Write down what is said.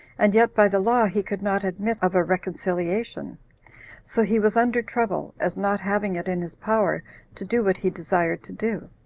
and yet by the law he could not admit of a reconciliation so he was under trouble, as not having it in his power to do what he desired to do.